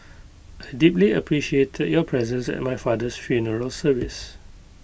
I deeply appreciated your presence at my father's funeral service